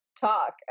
talk